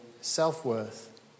self-worth